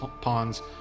pawns